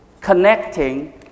connecting